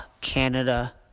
Canada